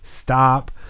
Stop